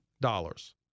dollars